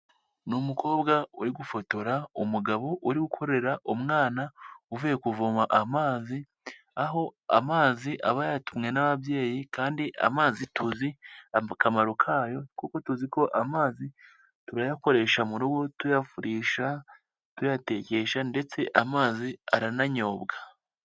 Ni umukobwa uri gufotora, umugabo uri gukorera umwana uvuye kuvoma amazi, aho amazi aba yayatumwe n'ababyeyi kandi amazi tuzi akamaro kayo, kuko tuzi ko amazi turayakoresha mu rugo, tuyavurisha, tuyatekesha ndetse amazi arananyobwa.